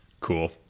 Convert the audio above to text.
Cool